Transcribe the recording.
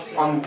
on